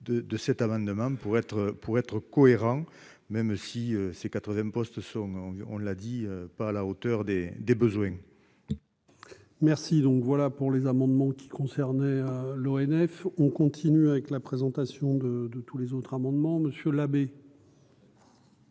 de cet amendement pour être pour être cohérent, même si c'est quatre-vingts postes sont, on l'a dit, pas à la hauteur des des besoins. Merci donc voilà pour les amendements qui concernait l'ONF on continue avec la présentation de de tous les autres amendements, monsieur l'abbé.